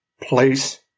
place